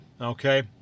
Okay